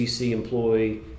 employee